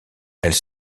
elles